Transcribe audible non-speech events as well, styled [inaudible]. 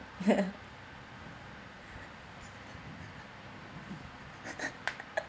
[laughs]